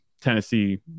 tennessee